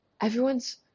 everyone's